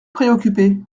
préoccupé